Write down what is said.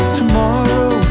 tomorrow